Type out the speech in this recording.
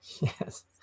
Yes